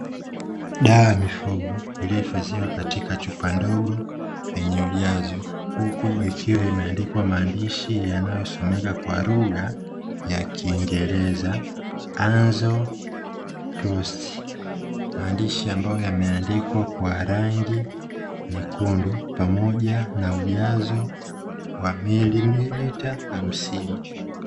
Dawa ya mafugo iliyohifadhiwa katika chupa ndogo yenye ujazo, huku ikiwa imeandikwa maandishi yanayosomeka kwa lugha ya Kiingereza, "Enzaprost", maandishi ambayo yameandikwa kwa rangi nyekundu pamoja na ujazo wa mililita hamsini.